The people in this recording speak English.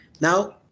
Now